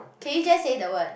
can you just say the word